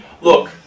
Look